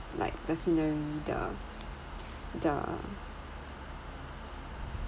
like the scenery the the